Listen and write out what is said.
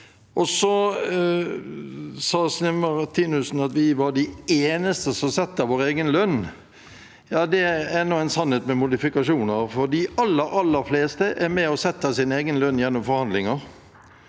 Så sa Sneve Martinussen at vi er de eneste som setter vår egen lønn. Det er en sannhet med modifikasjoner, for de aller, aller fleste er med og setter sin egen lønn gjennom forhandlinger.